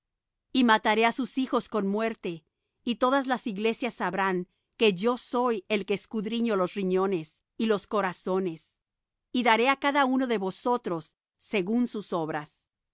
y mataré á sus hijos con muerte y todas las iglesias sabrán que yo soy el que escudriño los riñones y los corazones y daré á cada uno de vosotros según sus obras